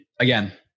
again